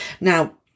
Now